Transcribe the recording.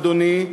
אדוני,